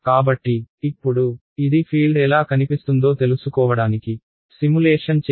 కాబట్టి ఇప్పుడు ఇది ఫీల్డ్ ఎలా కనిపిస్తుందో తెలుసుకోవడానికి సిములేషన్ చేశాము